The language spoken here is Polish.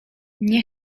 nie